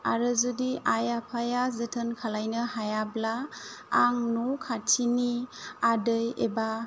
आरो जुदि आइ आफाया जोथोन खालामनो हायाब्ला आंनि न' खाथिनि आदै एबा